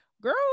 girl